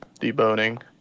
deboning